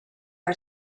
our